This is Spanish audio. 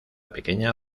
pequeña